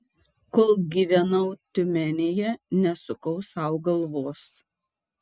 kol gyvenau tiumenėje nesukau sau galvos